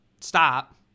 stop